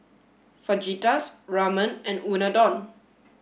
Fajitas Ramen and Unadon